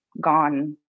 gone